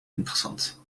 interessant